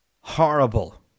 Horrible